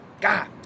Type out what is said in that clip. God